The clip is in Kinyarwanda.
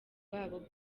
wabo